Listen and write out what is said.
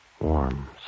warm